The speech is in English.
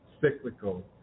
cyclical